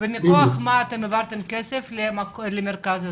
מכוח מה העברתם כסף למרכז הזה?